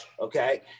Okay